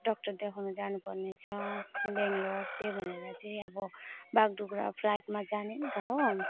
doctor देखाउन जानुपर्नेछ बेङ्गलोर त्यही भनेर चाहिँ अब बागडोग्रा फ्लाइटमा जाने नि त हो